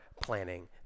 planning